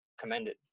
commended